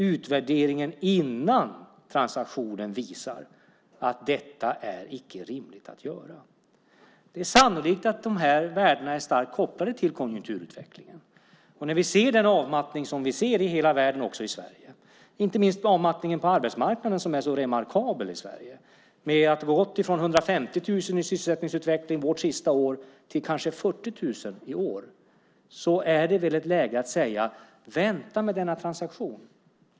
Utvärderingen innan transaktionen visar att detta icke är rimligt att göra. Det är sannolikt att värdena är starkt kopplade till konjunkturutvecklingen. Vi ser den avmattning som sker i hela världen och också i Sverige. Det gäller inte minst avmattningen på arbetsmarknaden som är så remarkabel i Sverige. Vi har gått från 150 000 i sysselsättningsutveckling vårt sista år till kanske 40 000 i år. Det är läge att säga: Vänta med denna transaktion.